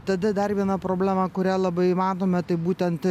tada dar viena problema kurią labai matome tai būtent